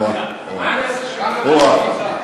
מה לעשות שאני לא הבנתי.